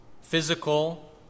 Physical